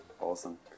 awesome